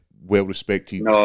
well-respected